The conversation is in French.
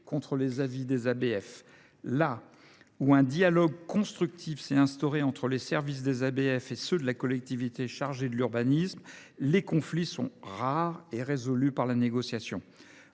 contre les avis des ABF. Partout où un dialogue constructif s’est instauré entre les services des ABF et ceux de la collectivité qui sont chargés de l’urbanisme, les conflits sont rares et résolus par la négociation.